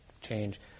change